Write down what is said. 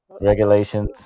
regulations